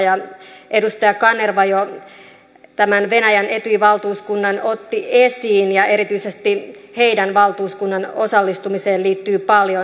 edustaja kanerva jo tämän venäjän etyj valtuuskunnan otti esiin ja erityisesti tämän valtuuskunnan osallistumiseen liittyy paljon spekulaatioita